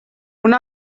una